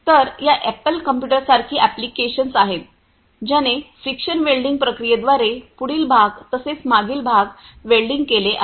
तर या Apple computer सारखी अॅप्लिकेशन्स आहेत ज्याने फ्रिक्शन वेल्डिंग प्रक्रियेद्वारे पुढील भाग तसेच मागील भाग वेल्डिंग केले आहेत